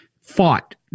fought